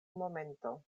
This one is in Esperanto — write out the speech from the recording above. momento